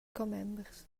commembers